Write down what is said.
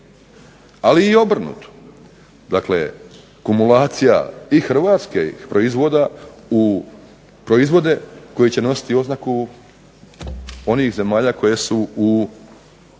ali i obrnuto, dakle kumulacija i hrvatskih proizvoda u proizvode koji će nositi oznaku onih zemalja koje su u Sporazumu